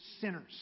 sinners